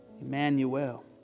Emmanuel